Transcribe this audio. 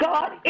God